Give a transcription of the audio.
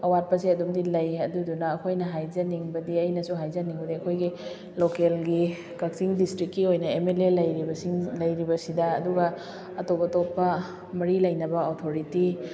ꯑꯋꯥꯠꯄꯁꯦ ꯑꯗꯨꯝꯗꯤ ꯂꯩ ꯑꯗꯨꯗꯨꯅ ꯑꯩꯈꯣꯏꯅ ꯍꯥꯏꯖꯅꯤꯡꯕꯗꯤ ꯑꯩꯅꯁꯨ ꯍꯥꯏꯖꯅꯤꯡꯕꯗꯤ ꯑꯩꯈꯣꯏꯒꯤ ꯂꯣꯀꯦꯜꯒꯤ ꯀꯛꯆꯤꯡ ꯗꯤꯁꯇ꯭ꯔꯤꯛꯀꯤ ꯑꯣꯏꯅ ꯑꯦꯝ ꯑꯦꯜ ꯑꯦ ꯂꯩꯔꯤꯕꯁꯤꯡ ꯂꯩꯔꯤꯕꯁꯤꯗ ꯑꯗꯨꯒ ꯑꯇꯣꯞ ꯑꯇꯣꯞꯄ ꯃꯔꯤ ꯂꯩꯅꯕ ꯑꯣꯊꯣꯔꯤꯇꯤ